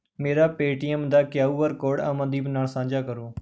ਮੇਰਾ ਪੇਟੀਐੱਮ ਦਾ Q R code Amandeep ਨਾਲ ਸਾਂਝਾ ਕਰੋ